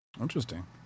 Interesting